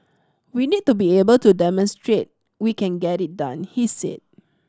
we need to be able to demonstrate we can get it done he said